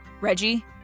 Reggie